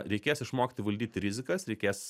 reikės išmokti valdyti rizikas reikės